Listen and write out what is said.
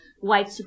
white